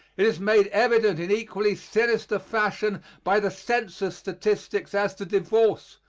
it is made evident in equally sinister fashion by the census statistics as to divorce,